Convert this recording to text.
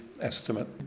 estimate